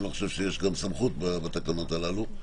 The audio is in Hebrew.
אני לא חושב שיש גם סמכות בתקנות הללו,